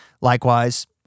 Likewise